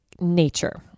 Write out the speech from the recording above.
nature